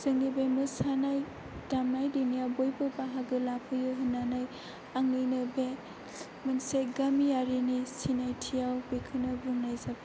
जोंनि बे मोसानाय दामनाय देनायाव बयबो बाहागो लाफैयो होननानै आंनिनो बे मोनसे गामियारिनि सिनायथियाव बेखोनो बुंनाय जाबाय